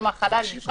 כלומר חלל נפרד,